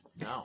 no